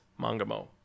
Mangamo